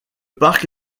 parc